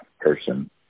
person